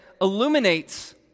illuminates